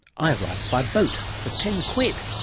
i arrived by boat for ten quid.